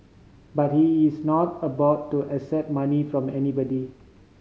but he is not about to accept money from anybody